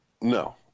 No